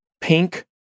pink